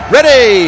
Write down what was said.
Ready